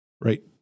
Right